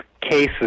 cases